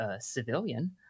civilian